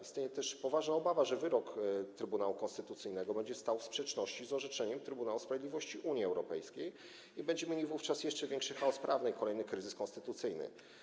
Istnieje też poważna obawa, że wyrok Trybunału Konstytucyjnego będzie stał w sprzeczności z orzeczeniem Trybunału Sprawiedliwości Unii Europejskiej i będziemy mieli wówczas jeszcze większy chaos prawny i kolejny kryzys konstytucyjny.